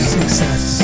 Success